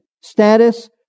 status